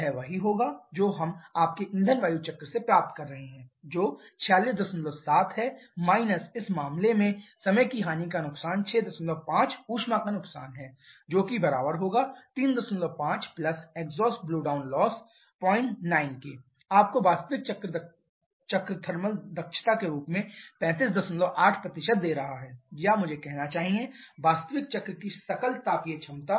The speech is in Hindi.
यह वही होगा जो हम आपके ईंधन वायु चक्र से प्राप्त कर रहे हैं जो 467 है इस मामले में समय की हानि का नुकसान 65 ऊष्मा का नुकसान है 35 एग्जॉस्ट ब्लो डाउन लॉस 09 आपको वास्तविक चक्र थर्मल दक्षता के रूप में 358 दे रहा है या मुझे कहना चाहिए वास्तविक चक्र की सकल तापीय क्षमता